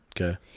Okay